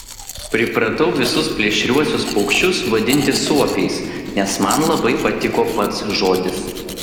pripratau visus plėšriuosius paukščius vadinti suopiais nes man labai patiko pats žodis